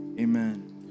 Amen